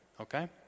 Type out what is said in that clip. Okay